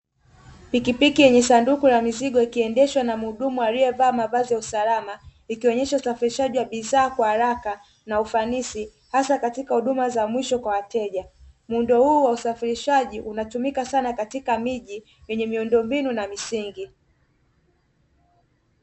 Pikipiki yenye sanduku la mizigo, ikiendeshwa na muhudumu aliyevaa mavazi ya usalama, ikionyesha usafirishaji wa bidhaa kwa haraka na ufanisi, hasa katika huduma za mwisho kwa wateja. Muundo huu wa usafirishaji unatumika sana katika miji yenye miundombinu na misingi.